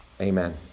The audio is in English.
Amen